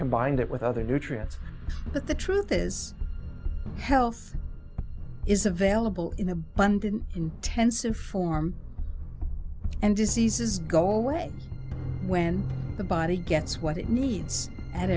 combined it with other nutrients but the truth is health is available in abundant intensive form and diseases go away when the body gets what it needs at